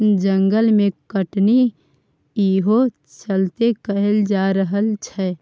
जंगल के कटनी इहो चलते कएल जा रहल छै